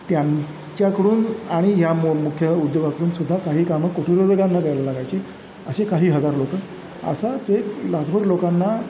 त्यांच्याकडून आणि ह्या मो मुख्य उद्योगाकडून सुद्धा काही कामं कुटीर द्यायला लागायची असे काही हजार लोकं असं ते लाखभर लोकांना